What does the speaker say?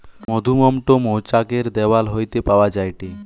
মধুমোম টো মৌচাক এর দেওয়াল হইতে পাওয়া যায়টে